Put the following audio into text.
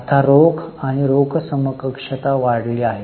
आता रोख आणि रोख समकक्षता वाढली आहे